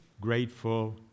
grateful